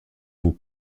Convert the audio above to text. vous